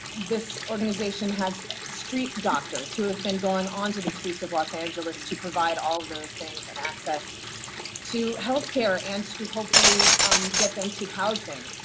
this organization has street doctors, who have been going onto the streets of los angeles to provide all of those things and access to healthcare and to hopefully get them to housing.